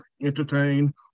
entertain